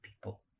people